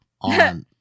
on